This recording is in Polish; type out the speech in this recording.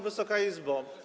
Wysoka Izbo!